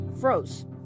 froze